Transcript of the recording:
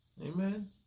Amen